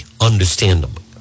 understandable